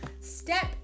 Step